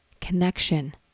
connection